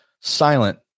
silent